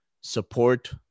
support